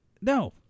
No